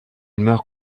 meurt